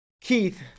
Keith